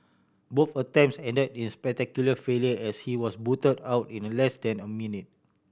both attempts ended in spectacular failure as he was booted out in less than a minute